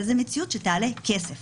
אבל זו מציאות שתעלה כסף